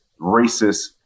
racist